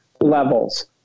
levels